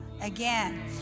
again